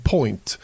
Point